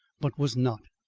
but was not.